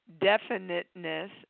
Definiteness